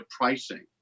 pricing